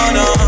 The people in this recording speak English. no